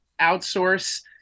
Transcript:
outsource